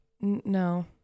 No